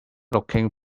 looking